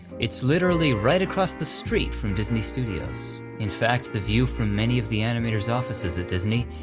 it's literally right across the street from disney studios in fact the view from many of the animator's offices at disney,